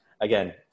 again